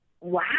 Wow